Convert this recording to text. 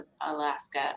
Alaska